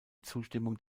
zustimmung